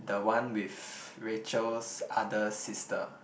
the one with Rachel's other sister